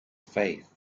faith